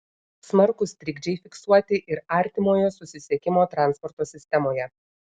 smarkūs trikdžiai fiksuoti ir artimojo susisiekimo transporto sistemoje